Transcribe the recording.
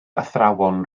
athrawon